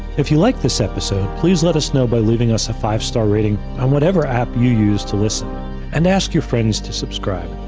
if you like this episode, please let us know by leaving us a five-star rating on whatever app you use to listen and ask your friends to subscribe.